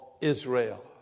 Israel